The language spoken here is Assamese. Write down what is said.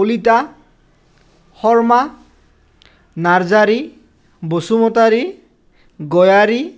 কলিতা শৰ্মা নাৰ্জাৰী বচুমতাৰী গয়াৰী